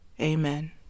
Amen